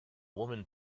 woman